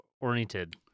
oriented